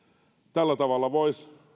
tällä tavalla voisi